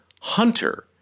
Hunter